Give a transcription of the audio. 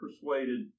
persuaded